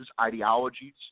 ideologies